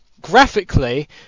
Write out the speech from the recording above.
graphically